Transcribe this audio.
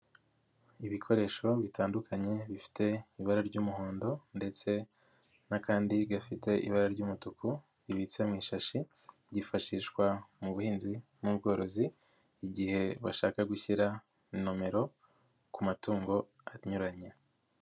Ibikoresho bitandukanye bifite ibara ry'umuhondo ndetse n'akandi gafite ibara ry'umutuku bibitse mu ishashi byiyifashishwa mu buhinzi n'ubworozi igihe bashaka gushyira nomero ku matungo anyuranye.